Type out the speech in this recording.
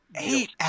Eight